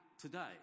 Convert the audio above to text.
today